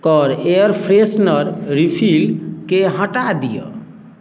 के air freshener रिफिलके हटा दिअऽ